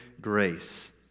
grace